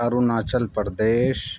Arunachal Pradesh